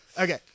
Okay